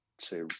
say